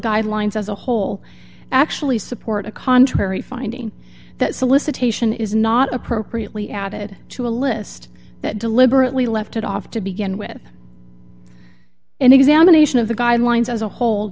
guidelines as a whole actually support a contrary finding that solicitation is not appropriately added to a list that deliberately left it off to begin with an examination of the guidelines as a whole